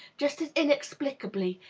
just as inexplicably,